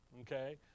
okay